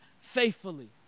faithfully